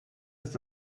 ist